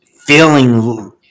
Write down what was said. feeling